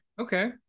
Okay